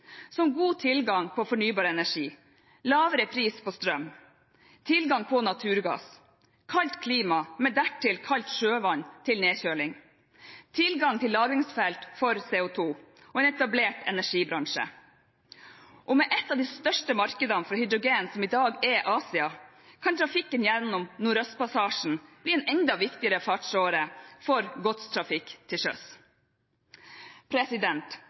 som god tilgang på fornybar energi, lavere pris på strøm, tilgang på naturgass, kaldt klima med dertil kaldt sjøvann til nedkjøling, tilgang til lagringsfelt for CO2 og en etablert energibransje. Og med et av de største markedene for hydrogen, som i dag er Asia, kan trafikken gjennom Nordøstpassasjen bli en enda viktigere fartsåre for godstrafikk til